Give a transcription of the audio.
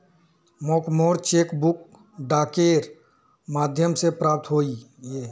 मोक मोर cheque book डाकेर माध्यम से प्राप्त होइए